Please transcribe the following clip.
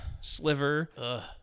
Sliver